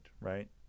right